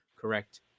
correct